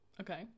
Okay